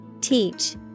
Teach